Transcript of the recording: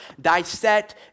dissect